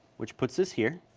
which puts this here.